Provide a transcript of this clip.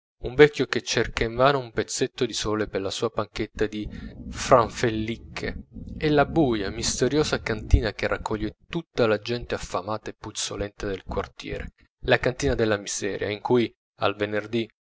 un vecchio che cerca invano un pezzetto di sole per la sua panchetta di franfellicche e la buia misteriosa cantina che raccoglie tutta la gente affamata e puzzolente del quartiere la cantina della miseria in cui al venerdì